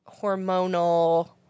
hormonal